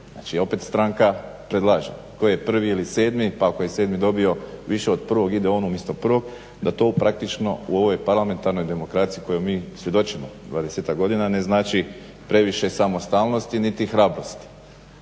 Znači opet stranka predlaže. Tko je 1.ili 7., pa ako je 7.dobio više od 1.ide on umjesto 1., da to praktično u ovoj parlamentarnoj demokraciji kojoj mi svjedočimo devedesetak godina ne znači previše samostalnosti niti hrabrosti.